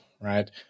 Right